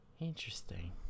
Interesting